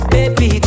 Baby